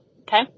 okay